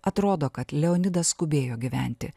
atrodo kad leonidas skubėjo gyventi